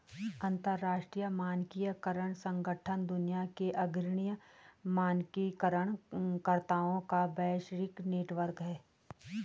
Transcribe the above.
अंतर्राष्ट्रीय मानकीकरण संगठन दुनिया के अग्रणी मानकीकरण कर्ताओं का वैश्विक नेटवर्क है